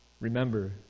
Remember